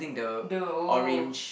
the oh